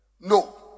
No